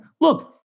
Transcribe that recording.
look